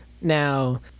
Now